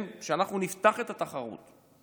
אנחנו נפתח את התחרות.